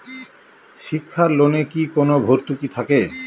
শিক্ষার লোনে কি কোনো ভরতুকি থাকে?